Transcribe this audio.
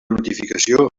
notificació